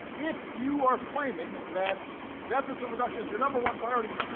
if you are claiming that deficit reduction is your number-one priority,